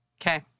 Okay